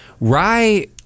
rye